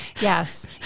Yes